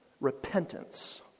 repentance